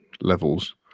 levels